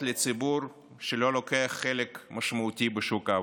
לציבור שלא לוקח חלק משמעותי בשוק העבודה,